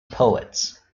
poets